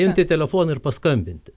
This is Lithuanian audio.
imti telefoną ir paskambinti